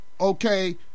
Okay